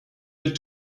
elle